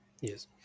Yes